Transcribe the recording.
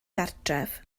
gartref